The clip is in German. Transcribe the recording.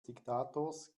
diktators